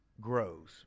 grows